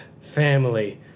family